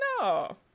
no